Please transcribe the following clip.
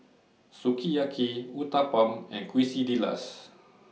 Sukiyaki Uthapam and Quesadillas